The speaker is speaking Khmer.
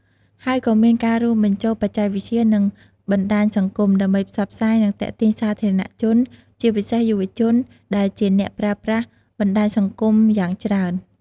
ហើយក៏មានការរួមបញ្ចូលបច្ចេកវិទ្យា និងបណ្តាញសង្គម ដើម្បីផ្សព្វផ្សាយ និងទាក់ទាញសាធារណជនជាពិសេសយុវជន ដែលជាអ្នកប្រើប្រាស់បណ្តាញសង្គមយ៉ាងច្រើន។